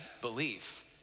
Believe